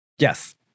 Yes